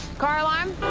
car alarm.